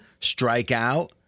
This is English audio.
strikeout